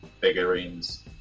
figurines